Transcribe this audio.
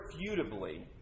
irrefutably